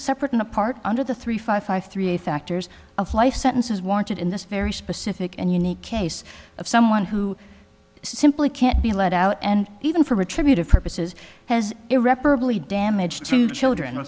separate and apart under the three five five three factors of life sentences wanted in this very specific and unique case of someone who simply can't be let out and even from attributive purposes has irreparably damaged two children